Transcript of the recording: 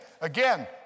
Again